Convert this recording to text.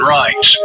rights